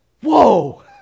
Whoa